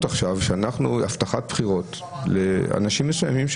עכשיו שאנחנו את הבטחת בחירות לאנשים מסוימים,